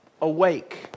awake